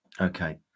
Okay